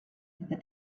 the